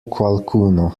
qualcuno